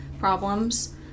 Problems